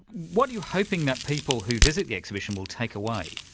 what are you hoping that people who visit the exhibition will take away?